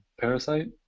Parasite